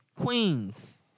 queens